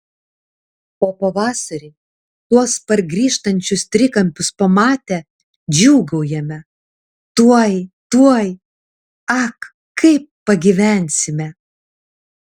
o pavasarį tuos pargrįžtančius trikampius pamatę džiūgaujame tuoj tuoj ak kaip pagyvensime